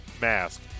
mask